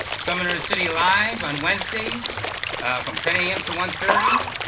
summer ah city live on wednesdays from ten a m. to one thirty.